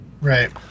Right